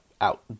out